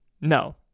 No